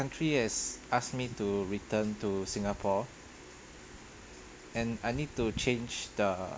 country has asked me to return to singapore and I need to change the